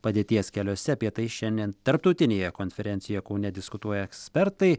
padėties keliuose apie tai šiandien tarptautinėje konferencijoje kaune diskutuoja ekspertai